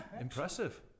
Impressive